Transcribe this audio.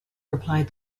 replied